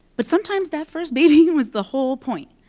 but sometimes that first baby was the whole point.